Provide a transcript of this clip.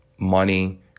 money